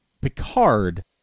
Picard